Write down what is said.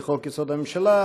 לחוק-יסוד: הממשלה,